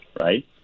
right